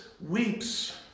weeps